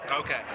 Okay